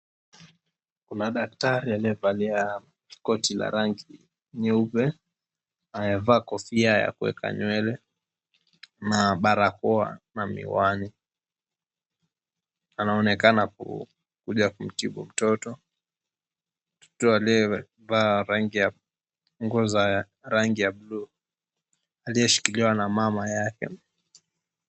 Kuna daktari aliyevalia koti la rangi nyeupe, amevaa kofia ya kuweka nywele, na barakoa na miwani. Anaonekana kuja kumtibu mtoto, mtoto aliyevaa nguo za rangi ya bluu aliyeshikiliwa na mama yake.